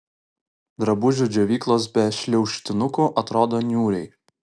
drabužių džiovyklos be šliaužtinukų atrodo niūriai